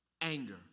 Anger